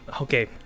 okay